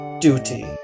duty